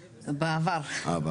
בעבר.